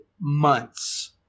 months